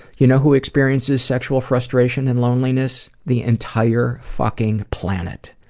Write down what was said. you know who experiences sexual frustration and loneliness? the entire fucking planet.